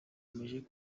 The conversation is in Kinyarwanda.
agira